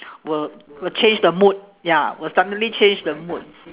will will change the mood ya will suddenly change the mood